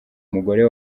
mugore